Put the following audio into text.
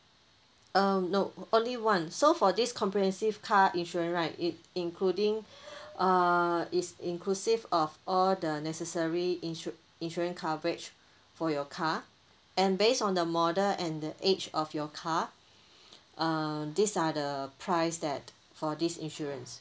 um no only one so for this comprehensive car insurance right it including uh it's inclusive of all the necessary insu~ insurance coverage for your car and based on the model and the age of your card uh these are the price that for this insurance